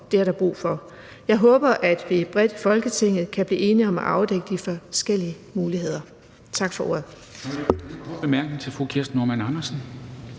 Det er der brug for. Jeg håber, at vi bredt i Folketinget kan blive enige om at afdække de forskellige muligheder. Tak for ordet.